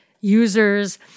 users